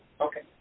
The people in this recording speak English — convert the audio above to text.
okay